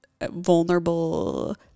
vulnerable